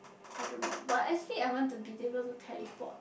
I don't know but as in I want to be able to teleport